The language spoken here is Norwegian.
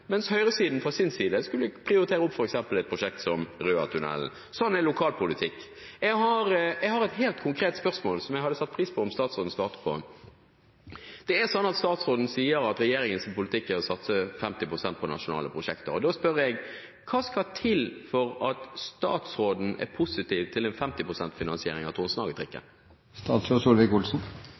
mens høyresiden, fra sin side, skulle gjerne prioritert opp f.eks. et prosjekt som Røatunnelen. Slik er lokalpolitikken. Jeg har et helt konkret spørsmål, som jeg hadde satt pris på at statsråden svarte på. Statsråden sier at regjeringens politikk er å satse 50 pst. på nasjonale prosjekter, og da spør jeg: Hva skal til for at statsråden er positiv til en 50 pst.-finansiering av